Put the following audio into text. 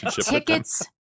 tickets